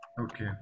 Okay